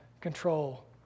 control